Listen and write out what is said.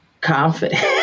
confident